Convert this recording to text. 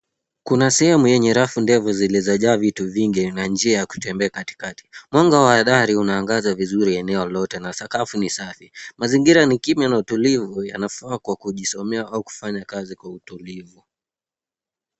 Kuna sehemu yenye rafu ndefu zilizojaa vitu vingi na njia ya kutembea katikati. Mwanga wa dari unaangaza vizuri eneo lote na sakafu ni safi. Mazingira ni kimya na tulivu, yanafaa kwa kujisomea au kufanya kazi kwa utulivu.